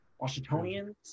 Washingtonians